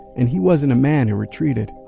and he wasn't a man who retreated.